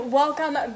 welcome